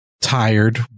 Tired